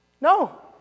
No